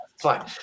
Fine